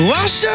Wash